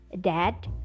dad